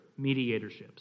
mediatorships